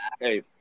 hey